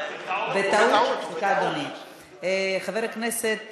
חבר הכנסת